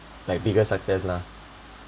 like bigger success lah